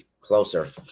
closer